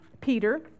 Peter